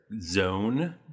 zone